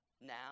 now